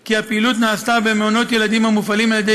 כי הפעילות נעשתה במעונות ילדים המופעלים על-ידי